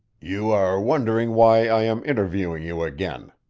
you are wondering why i am interviewing you again,